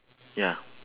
ya